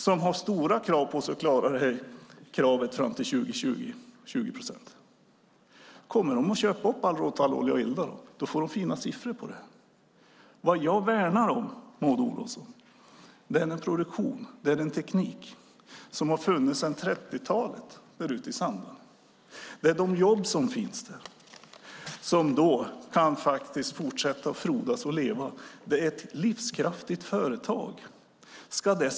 Där har man stora krav på sig att klara kravet på 20 procent fram till år 2020. Kommer de att köpa upp all råtallolja och elda upp den? Då får de fina siffror. Vad jag värnar om, Maud Olofsson, är den produktion och teknik som har funnits sedan 30-talet där ute i Sandarne och jobb som finns där, som kan fortsätta att frodas. Det är ett livskraftigt företag där.